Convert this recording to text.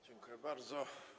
Dziękuję bardzo.